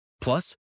Plus